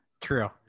true